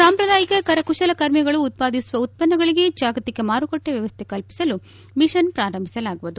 ಸಾಂಪ್ರದಾಯಿಕ ಕರಕುಶಲ ಕರ್ಮಿಗಳು ಉತ್ಪಾದಿಸುವ ಉತ್ತನ್ನಗಳಿಗೆ ಜಾಗತಿಕ ಮಾರುಕಟ್ಷೆ ವ್ಯವಸ್ಥೆ ಕಲ್ಪಿಸಲು ಮಿಷನ್ ಪ್ರಾರಂಭಿಸಲಾಗುವುದು